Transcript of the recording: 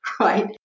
Right